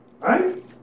Right